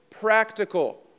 practical